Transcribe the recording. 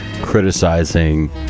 criticizing